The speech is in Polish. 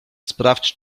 sprawdź